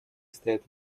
стоят